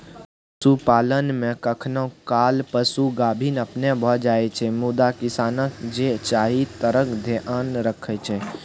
पशुपालन मे कखनो काल पशु गाभिन अपने भए जाइ छै मुदा किसानकेँ जे चाही तकर धेआन रखै छै